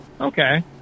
Okay